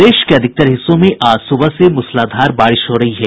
प्रदेश के अधिकतर हिस्सों में आज सुबह से मूसलाधार बारिश हो रही है